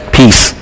peace